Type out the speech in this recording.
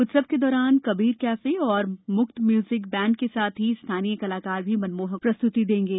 उत्सव के दौरान कबीर कैफे और मुक्त म्यूजिक बैंड के साथ ही स्थानीय कलाकार भी मनमोहक प्रस्त्ति देंगे